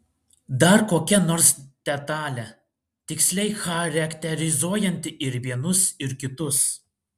dar kokia nors detalė tiksliai charakterizuojanti ir vienus ir kitus